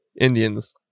Indians